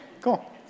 Cool